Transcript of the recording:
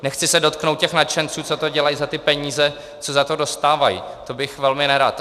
Nechci se dotknout těch nadšenců, co to dělají za ty peníze, co za to dostávají, to bych velmi nerad.